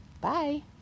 Bye